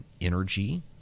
energy